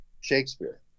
Shakespeare